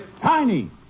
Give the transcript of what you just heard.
Tiny